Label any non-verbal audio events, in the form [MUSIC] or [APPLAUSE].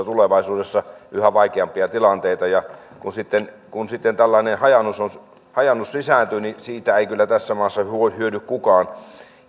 [UNINTELLIGIBLE] tulevaisuudessa yhä vaikeampia tilanteita kun sitten kun sitten tällainen hajaannus lisääntyy niin siitä ei kyllä tässä maassa hyödy kukaan